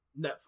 netflix